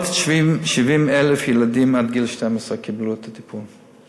470,000 ילדים עד גיל 12 קיבלו את הטיפול.